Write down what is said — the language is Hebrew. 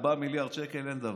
4 מיליארד שקל, אין דבר.